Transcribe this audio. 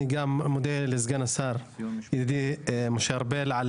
אני גם מודה לסגן השר ידידי משה ארבל על